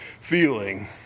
feeling